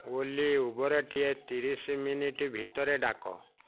ଓଲି ଉବେରଟିଏ ତିରିଶି ମିନିଟ୍ ଭିତରେ ଡ଼ାକ